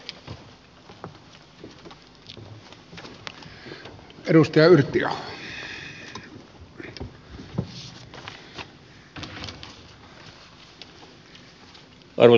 arvoisa herra puhemies